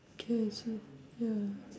can also ya